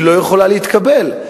היא לא יכולה להתקבל.